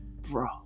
Bro